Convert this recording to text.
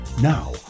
Now